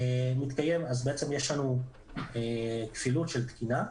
בעצם יש לנו כפילות של תקינה.